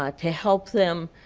um to help them,